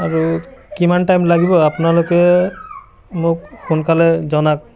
আৰু কিমান টাইম লাগিব আপোনালোকে মোক সোনকালে জনাওক